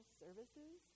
services